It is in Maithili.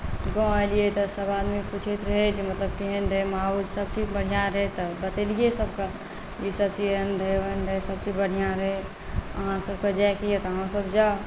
गाम एलियै तऽ सभ आदमी पुछैत रहै जे मतलब केहन रहै माहौल सभचीज बढ़िआँ रहै तऽ बतेलियै सभकेँ ईसभ चीज एहन रहै ओहेन रहै सभसँ बढ़िआँ रहै अहाँ सभकेँ जायके यए तऽ अहूँसभ जाउ